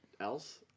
else